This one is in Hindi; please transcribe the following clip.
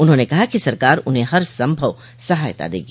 उन्होंन कहा कि सरकार उन्हें हर संभव सहायता देगी